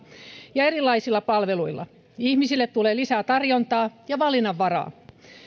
ja erilaisilla palveluilla ihmisille tulee lisää tarjontaa ja valinnanvaraa